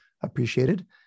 appreciated